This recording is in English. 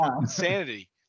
Insanity